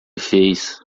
fez